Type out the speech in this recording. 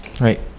right